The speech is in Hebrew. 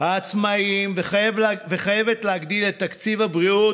העצמאים, וחייבת להגדיל את תקציב הבריאות